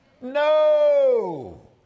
No